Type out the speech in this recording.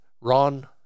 ron